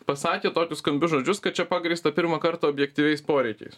pasakė tokius skambius žodžius kad čia pagrįsta pirmą kartą objektyviais poreikiais